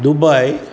Dubai